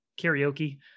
karaoke